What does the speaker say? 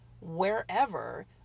wherever